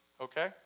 Okay